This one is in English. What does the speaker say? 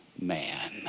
man